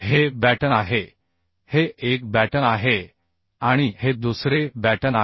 हे बॅटन आहे हे एक बॅटन आहे आणि हे दुसरे बॅटन आहे